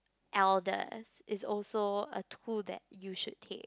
elders is also a tool that you should take